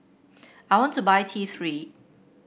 I want to buy T Three